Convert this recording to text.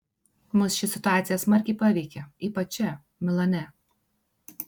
mus ši situacija smarkiai paveikė ypač čia milane